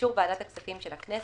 ובאישור ועדת הכספים של הכנסת,